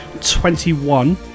Twenty-one